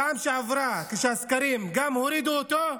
בפעם שעברה, כשהסקרים הורידו אותו,